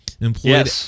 Employed